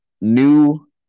new